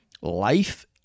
life